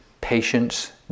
patience